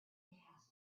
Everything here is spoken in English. behind